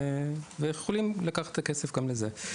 יכולים לקחת את הכסף גם לזה.